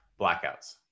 blackouts